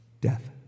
Death